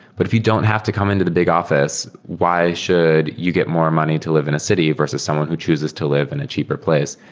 but if you don't have to come into the big office, why should you get more money to live in a city versus someone who chooses to live in a cheaper place?